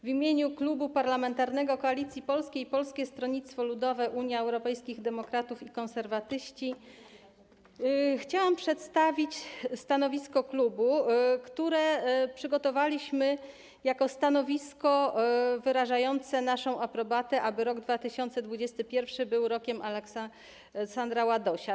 W imieniu Klubu Parlamentarnego Koalicja Polska - Polskie Stronnictwo Ludowe, Unia Europejskich Demokratów, Konserwatyści chciałam przedstawić stanowisko, które przygotowaliśmy jako stanowisko wyrażające naszą aprobatę tego, aby rok 2021 był Rokiem Aleksandra Ładosia.